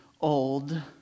old